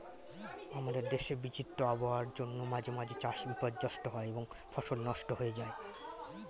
আমাদের দেশে বিচিত্র আবহাওয়ার জন্য মাঝে মাঝে চাষ বিপর্যস্ত হয় এবং ফসল নষ্ট হয়ে যায়